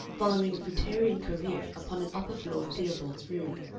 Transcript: following a fruitarian career upon an upper floor in theobald's road.